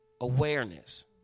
Awareness